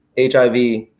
HIV